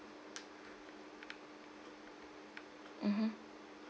mmhmm